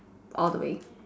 all the way